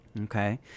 okay